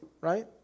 right